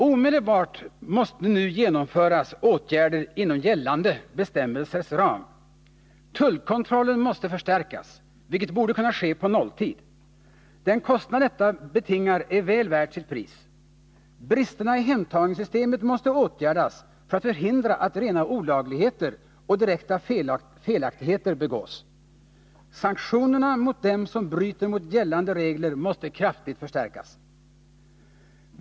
Omedelbart måste nu genomföras åtgärder inom gällande bestämmelsers ram. Tullkontrollen måste förstärkas, vilket borde kunna ske på nolltid. Den kostnad detta betingar är väl värd sitt pris. Bristerna i hemtagningssystemet måste åtgärdas för att förhindra att rena olagligheter och direkta felaktig heter begås. Sanktionerna mot dem som bryter mot gällande regler måste kraftigt förstärkas.